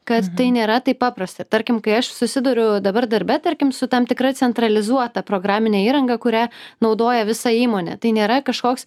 kad tai nėra taip paprasta tarkim kai aš susiduriu dabar darbe tarkim su tam tikra centralizuota programine įranga kurią naudoja visa įmonė tai nėra kažkoks